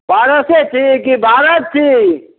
parse छी कि भारत छी